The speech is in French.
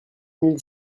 mille